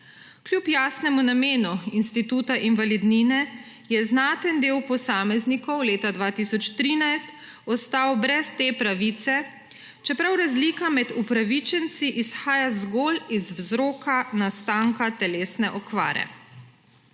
Kljub jasnemu namenu instituta invalidnine je znaten del posameznikov leta 2013 ostal brez te pravice, čeprav razlika med upravičenci izhaja zgolj iz vzroka nastanka telesne okvare.